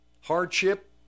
hardship